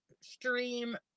stream